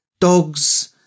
dogs